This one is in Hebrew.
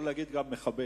אדוני יכול להגיד גם מחבל.